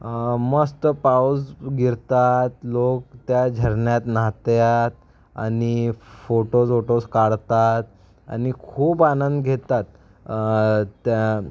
मस्त पाऊस गिरतात लोक त्या झरन्यात न्हातात आणि फोटोज् वोटोज् काढतात आणि खूप आनंद घेतात त्या